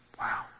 Wow